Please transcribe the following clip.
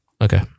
Okay